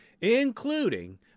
including